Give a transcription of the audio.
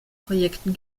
projekten